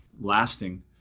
lasting